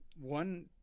one